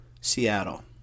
Seattle